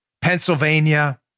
Pennsylvania